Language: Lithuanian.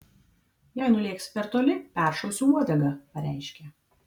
jei nulėksi per toli peršausiu uodegą pareiškė